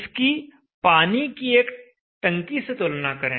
इसकी पानी की एक टंकी से तुलना करें